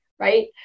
right